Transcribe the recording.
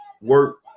work